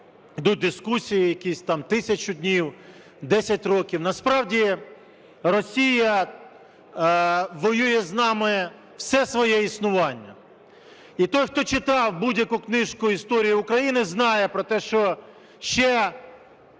йдуть дискусії якісь там: 1000 днів, 10 років. Насправді Росія воює з нами все своє існування. І той, хто читав будь-яку книжку історії України, знає про те, що ще